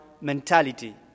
mentality